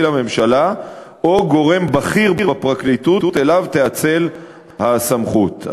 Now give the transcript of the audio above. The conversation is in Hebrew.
לממשלה או גורם בכיר בפרקליטות שלו תואצל הסמכות.